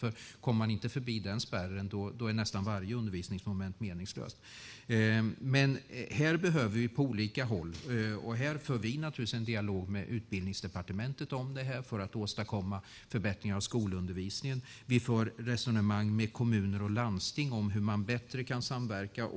Men kommer man inte förbi den spärren är nästan varje undervisningsmoment meningslöst. Vi för en dialog med Utbildningsdepartementet för att åstadkomma förbättringar av skolundervisningen. Vi för också resonemang med kommuner och landsting om hur man bättre kan samverka.